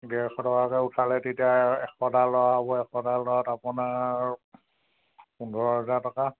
ডেৰশ টকাকৈ উঠালে তেতিয়া এশটা ল'ৰা হ'ব এশটা ল'ৰাত আপোনাৰ পোন্ধৰ হাজাৰ টকা